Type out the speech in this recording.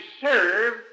serve